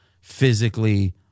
physically